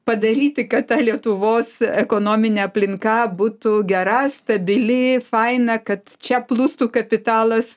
padaryti kad ta lietuvos ekonominė aplinka būtų gera stabili faina kad čia plūstų kapitalas